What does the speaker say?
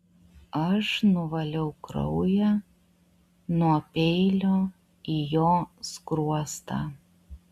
aš nuvaliau kraują nuo peilio į jo skruostą